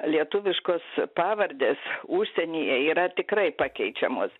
lietuviškos pavardės užsienyje yra tikrai pakeičiamos